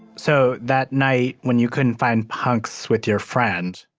so that night when you couldn't find punks with your friend.